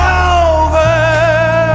over